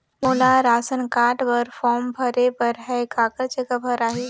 मोला ration card बर form भरे बर हे काकर जग भराही?